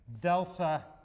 delta